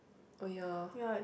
oh ya